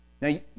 Now